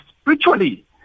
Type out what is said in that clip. spiritually